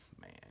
man